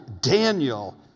Daniel